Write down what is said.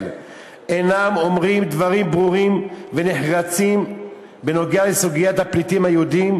אינם אומרים דברים ברורים ונחרצים בנוגע לסוגיית הפליטים היהודים,